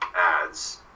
ads